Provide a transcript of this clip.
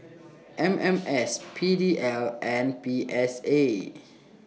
M M S P D L and P S A